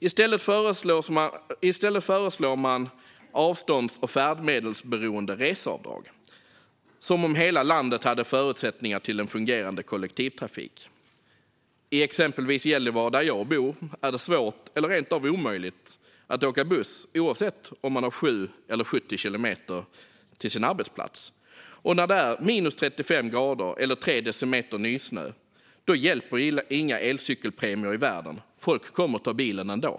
I stället föreslår man avstånds och färdmedelsberoende reseavdrag, som om hela landet hade förutsättningar för en fungerande kollektivtrafik. I exempelvis Gällivare, där jag bor, är det svårt eller rent av omöjligt att åka buss oavsett om man har 7 eller 70 kilometer till sin arbetsplats, och när det är 35 minusgrader eller 3 decimeter nysnö hjälper inga elcykelpremier i världen - folk kommer att ta bilen ändå.